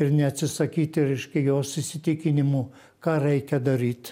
ir neatsisakyti reiškia jos įsitikinimų ką reikia daryt